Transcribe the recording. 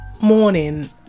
morning